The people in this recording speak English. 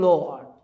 Lord